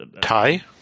Thai